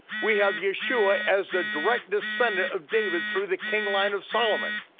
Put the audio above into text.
we have yeshua as the direct descendant of david through the king line of solomon.